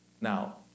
Now